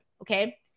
okay